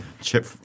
chip